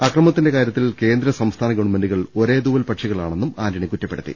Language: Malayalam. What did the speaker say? അക്രമത്തിന്റെ കാര്യ ത്തിൽ കേന്ദ്ര സംസ്ഥാന ഗവൺമെന്റുകൾ ഒരേതൂവൽ പക്ഷികളാണെന്നും ആന്റണി കുറ്റപ്പെടുത്തി